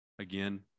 again